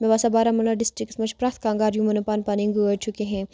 مےٚ باسان بارہمولہ ڈِسٹِرٛکَس منٛز چھِ پرٛٮ۪تھ کانٛہہ گَرٕ یِمَن نہٕ پَنٕنۍ پَنٕنۍ گٲڑۍ چھُ کِہیٖنۍ